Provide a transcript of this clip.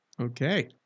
Okay